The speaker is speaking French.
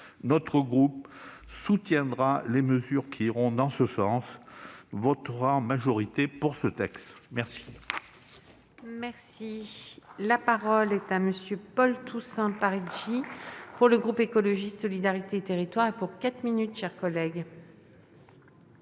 Notre groupe soutiendra les mesures qui iront dans ce sens et votera en majorité pour ce texte. La